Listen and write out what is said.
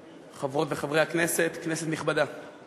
חברות וחברי הכנסת, אני